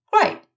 great